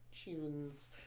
tunes